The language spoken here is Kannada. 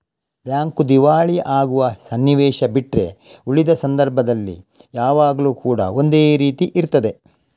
ಬ್ಯಾಂಕು ದಿವಾಳಿ ಆಗುವ ಸನ್ನಿವೇಶ ಬಿಟ್ರೆ ಉಳಿದ ಸಂದರ್ಭದಲ್ಲಿ ಯಾವಾಗ್ಲೂ ಕೂಡಾ ಒಂದೇ ರೀತಿ ಇರ್ತದೆ